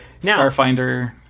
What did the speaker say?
Starfinder